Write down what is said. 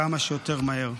כמה שיותר מהר.